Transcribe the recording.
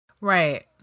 Right